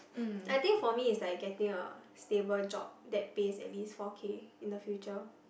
I think for me it's like getting a stable job that pays at least four K in the future